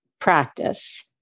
Practice